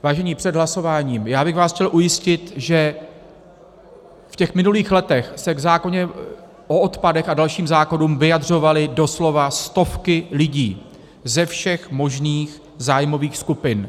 Vážení, před hlasováním bych vás chtěl ujistit, že v těch minulých letech se k zákonu o odpadech a k dalším zákonům vyjadřovaly doslova stovky lidí ze všech možných zájmových skupin.